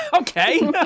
Okay